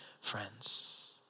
friends